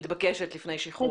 שמתבקשת לפני שחרור.